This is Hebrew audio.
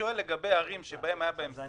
אני שואל לגבי ערים שבהן היה סגר.